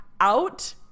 out